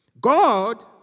God